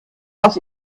aus